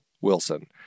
Wilson